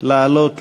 לעלות לדוכן.